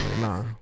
Nah